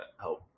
help